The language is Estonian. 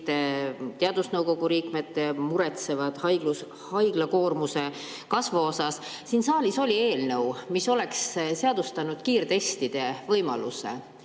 teadusnõukoja liikmed muretsevad haiglate koormuse kasvu pärast. Siin saalis oli eelnõu, mis oleks seadustanud kiirtestide [kasutamise]